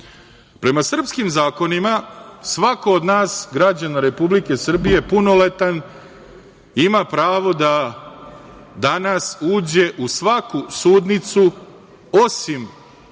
onim. Prema srpskim zakonima, svako od nas, građana Republike Srbije punoletan ima pravo da danas uđe u svaku sudnicu, osim